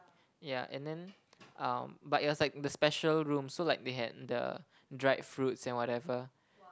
ya and then um but it was like the special room so like they had the dried fruits and whatever